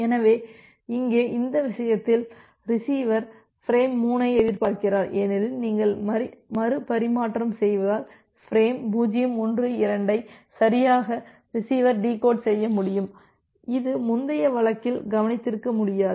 எனவே இங்கே இந்த விஷயத்தில் ரிசீவர் பிரேம் 3ஐ எதிர்பார்க்கிறார் ஏனெனில் நீங்கள் மறுபரிமாற்றம் செய்வதால் பிரேம் 0 1 2 ஐசரியாக ரிசீவர் டிகோட் செய்ய முடியும் இது முந்தைய வழக்கில் கவனித்திருக்க முடியாது